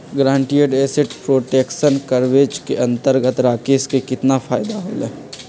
Guaranteed asset protection coverage के अंतर्गत राकेश के कितना फायदा होलय?